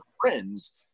friends